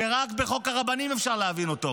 שרק בחוק הרבנים אפשר להבין אותו: